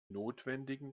notwendigen